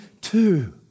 two